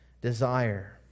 desire